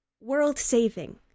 world-saving